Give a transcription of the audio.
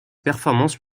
performance